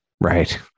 Right